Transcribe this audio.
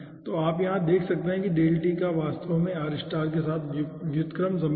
तो आप यहाँ देख सकते हैं कि ∆T का वास्तव में r के साथ व्युत्क्रम संबंध है